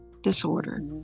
disorder